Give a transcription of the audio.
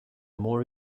more